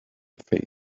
faith